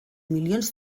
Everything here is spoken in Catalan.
milions